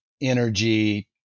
energy